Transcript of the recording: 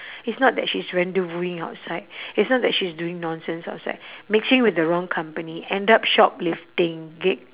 it's not that she's rendezvousing outside it's not that she's doing nonsense outside mixing with the wrong company end up shoplifting